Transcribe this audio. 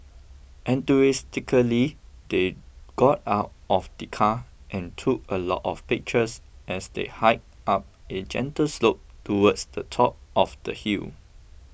enthusiastically they got out of the car and took a lot of pictures as they hiked up a gentle slope towards the top of the hill